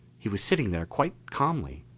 he was sitting there quite calmly.